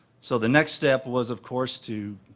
so the next step was of course to